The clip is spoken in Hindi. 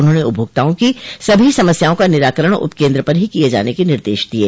उन्होंने उपभोक्ताओं की सभी समस्याओं का निराकरण उपकेन्द्र पर ही किये जाने के निर्देश दिये